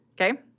Okay